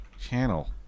channel